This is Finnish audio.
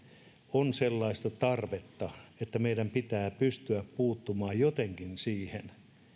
on sellaista tarvetta että meidän pitää pystyä puuttumaan jotenkin siihen